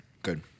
Good